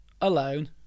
alone